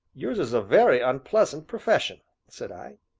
yours is a very unpleasant profession, said i.